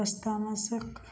रस्तामे से